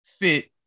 fit